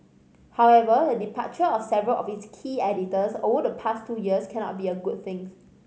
however the departure of several of its key editors over the past two years cannot be a good things